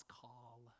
call